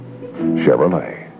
Chevrolet